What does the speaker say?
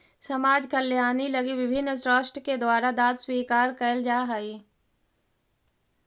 समाज कल्याण लगी विभिन्न ट्रस्ट के द्वारा दांत स्वीकार कैल जा हई